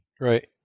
Right